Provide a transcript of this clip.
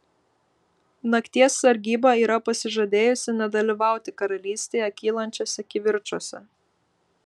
nakties sargyba yra pasižadėjusi nedalyvauti karalystėje kylančiuose kivirčuose